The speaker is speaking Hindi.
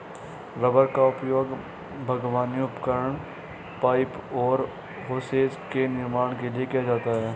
रबर का उपयोग बागवानी उपकरण, पाइप और होसेस के निर्माण के लिए किया जाता है